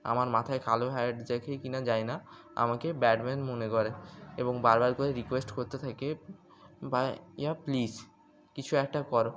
আমার মাথায় কালো হ্যাট দেখে কি না যানি না আমাকে ব্যাটম্যান মনে করে এবং বারবার করে রিকোয়েস্ট করতে থাকে ভাইয়া প্লিজ কিছু একটা কর